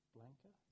Blanca